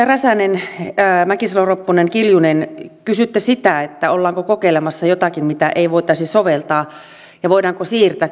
räsänen mäkisalo ropponen ja kiljunen kysyitte sitä ollaanko kokeilemassa jotakin mitä ei voitaisi soveltaa ja voidaanko siirtää